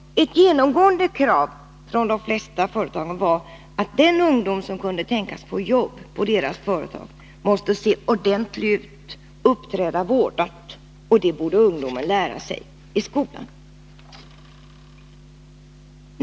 Ett genomgående krav från de flesta företagarna på de ungdomar som kunde tänkas få jobb på deras företag var att de måste se ordentliga ut och uppträda vårdat, och det borde ungdomen lära sig i skolan.